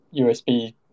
USB